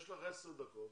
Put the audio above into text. יש לך עשר דקות,